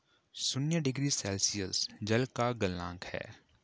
शून्य degree Celsius जल का गलनांक है